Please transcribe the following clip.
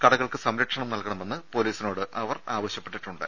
കടകൾക്ക് സംരക്ഷണം നൽകണമെന്ന് പൊലീസിനോട് ആവശ്യ പ്പെട്ടിട്ടുണ്ട്